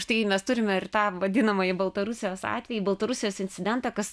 štai mes turime ir tą vadinamąjį baltarusijos atvejį baltarusijos incidentą kas